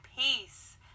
peace